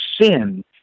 sin